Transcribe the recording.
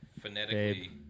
Phonetically